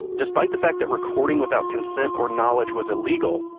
despite the fact that recording without consent or knowledge was illegal,